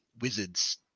Wizards